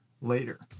later